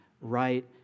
right